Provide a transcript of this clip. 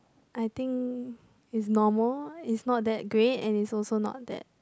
I think is normal is not that great and it is also not that